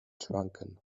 schwanken